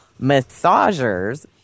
massagers